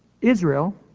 Israel